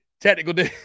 technical